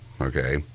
Okay